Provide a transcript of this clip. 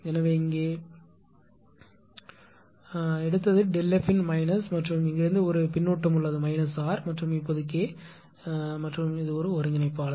எனவே இங்கே நீங்கள் எடுத்தது ΔF இன் மைனஸ் மற்றும் இங்கிருந்து ஒரு பின்னூட்டம் உள்ளது R மற்றும் இது இப்போது K மற்றும் ஒரு ஒருங்கிணைப்பாளர்